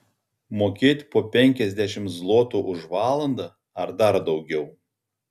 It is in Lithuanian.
mokėti po penkiasdešimt zlotų už valandą ar dar daugiau